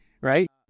right